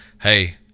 Hey